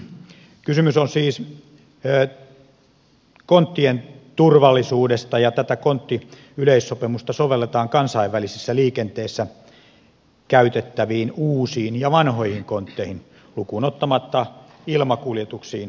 kysymys on siis konttien turvallisuudesta ja tätä konttiyleissopimusta sovelletaan kansainvälisessä liikenteessä käytettäviin uusiin ja vanhoihin kontteihin lukuun ottamatta ilmakuljetuksiin tarkoitettuja kontteja